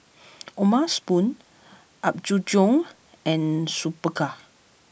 O'ma Spoon Apgujeong and Superga